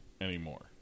anymore